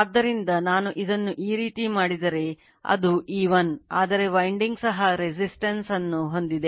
ಆದ್ದರಿಂದ ನಾನು ಇದನ್ನು ಈ ರೀತಿ ಮಾಡಿದರೆ ಅದು E 1 ಆದರೆ winding ಸಹ resistance emf